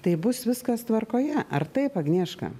tai bus viskas tvarkoje ar taip agnieška